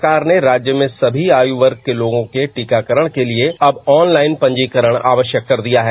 सरकार ने राज्य में सभी आयु वर्ग के लोगों के टीकाकरण के लिए अब ऑनलाइन पंजीकरण आवश्यक कर दिया है